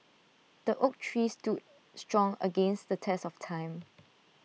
the oak tree stood strong against the test of time